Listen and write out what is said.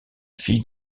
fille